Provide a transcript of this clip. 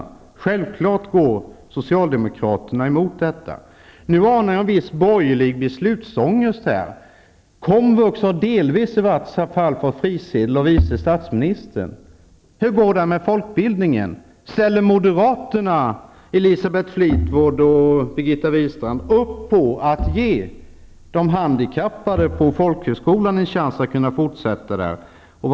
Självfallet går socialdemokraterna emot detta. Här anar jag en viss borgerlig beslutsångest. Komvux har i varje fall delvis fått frisedel av vice statsministern. Hur går det med folkbildningen? Birgitta Wistrand, upp på att ge de handikappade på folkhögskolorna en chans att fortsätta sin utbildning?